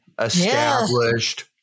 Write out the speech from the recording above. established